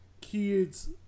kids